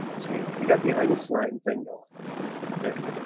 see you got the einstein thing going there.